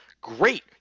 great